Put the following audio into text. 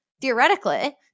theoretically